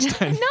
no